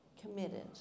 committed